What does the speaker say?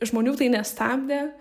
žmonių tai nestabdė